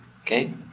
okay